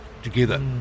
Together